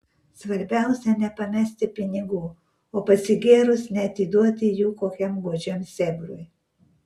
svarbiausia nepamesti pinigų o pasigėrus neatiduoti jų kokiam godžiam sėbrui